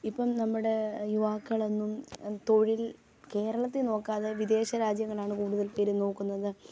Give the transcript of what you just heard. ഇപ്പം നമ്മുടെ യുവാക്കളൊന്നും തൊഴിൽ കേരളത്തിൽ നോക്കാതെ വിദേശ രാജ്യങ്ങളാണ് കൂടുതൽ പേരും നോക്കുന്നത്